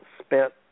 spent